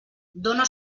dóna